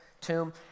tomb